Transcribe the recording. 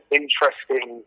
interesting